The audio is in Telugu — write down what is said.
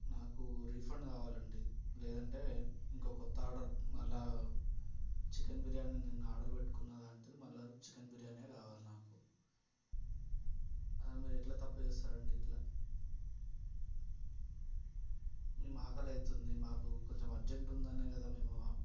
నాకు రిఫండ్ కావాలండి లేదంటే ఇంకో కొత్త ఆర్డర్ మళ్ళా చికెన్ బిర్యానీ నేను ఆర్డర్ పెట్టుకున్న దానికి మళ్ళా చికెన్ బిర్యానీయే కావాలి నాకు అసలు మీరు ఎట్లా తప్పు చేస్తారండి ఇట్లా మేము ఆకలవుతుంది మాకు కొంచెం అర్జెంట్ ఉందనే కదా మేము